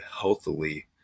healthily